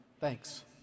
Thanks